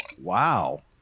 Wow